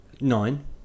Nine